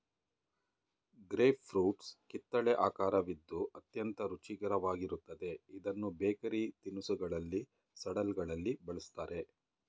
grape fruits ಕಿತ್ತಲೆ ಆಕರವಿದ್ದು ಅತ್ಯಂತ ರುಚಿಕರವಾಗಿರುತ್ತದೆ ಇದನ್ನು ಬೇಕರಿ ತಿನಿಸುಗಳಲ್ಲಿ, ಸಲಡ್ಗಳಲ್ಲಿ ಬಳ್ಸತ್ತರೆ